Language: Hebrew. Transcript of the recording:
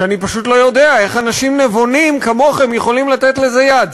שאני פשוט לא יודע איך אנשים נבונים כמוכם יכולים לתת לזה יד.